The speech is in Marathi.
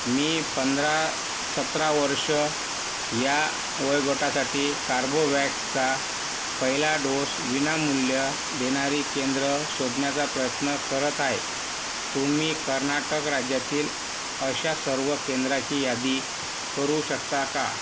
मी पंधरा सतरा वर्ष या वयोगटासाठी कार्बोवॅक्सचा पहिला डोस विनामूल्य देणारी केंद्रं शोधण्याचा प्रयत्न करत आहे तुम्ही कर्नाटक राज्यातील अशा सर्व केंद्राची यादी करू शकता का